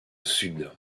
sud